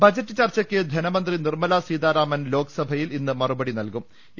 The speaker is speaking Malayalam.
ബജറ്റ് ചർച്ചയ്ക്ക് ധനമന്ത്രി നിർമല സീതാരാമൻ ലോക്സഭയിൽ ഇന്ന് മറുപടി പറയും